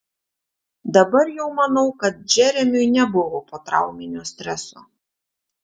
dabar jau manau kad džeremiui nebuvo potrauminio streso